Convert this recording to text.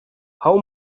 how